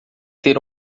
ter